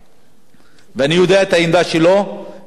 אני יודע את העמדה שלו ואני יודע שהוא מסכים